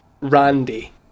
Randy